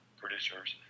producers